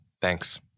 Thanks